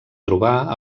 trobar